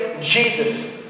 Jesus